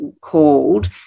called